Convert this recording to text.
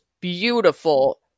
beautiful